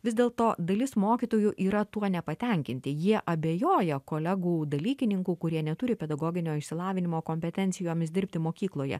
vis dėlto dalis mokytojų yra tuo nepatenkinti jie abejoja kolegų dalykininkų kurie neturi pedagoginio išsilavinimo kompetencijomis dirbti mokykloje